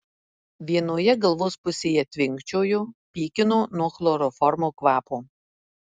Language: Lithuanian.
vienoje galvos pusėje tvinkčiojo pykino nuo chloroformo kvapo